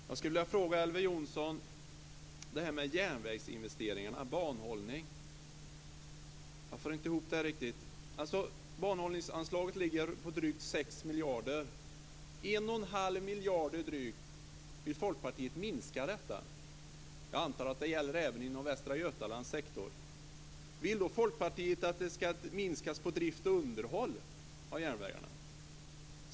Fru talman! Jag skulle vilja fråga Elver Jonsson om järnvägsinvesteringarna och banhållningen. Jag får inte ihop detta riktigt. Banhållningsanslaget ligger på drygt 6 miljarder kronor. Folkpartiet vill minska detta med drygt 1 1⁄2 miljarder kronor. Jag antar att det gäller även inom Västra Götalands sektor. Vill då Folkpartiet att det ska minskas på drift och underhåll av järnvägarna?